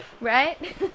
Right